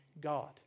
God